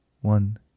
one